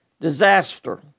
Disaster